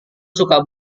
suka